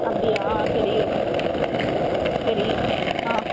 அப்படியா சரி ம் சரி ம் ஆ